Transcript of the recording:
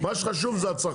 מספיק כבר עם הדברים